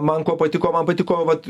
man kuo patiko man patiko vat